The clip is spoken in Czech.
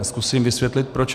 Zkusím vysvětlit proč.